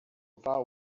vow